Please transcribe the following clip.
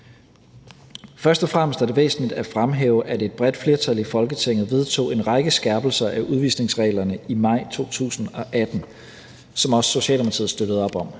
Først og fremmest er det væsentligt at fremhæve, at et bredt flertal i Folketinget vedtog en række skærpelser af udvisningsreglerne i maj 2018, og som også Socialdemokratiet støttede op om.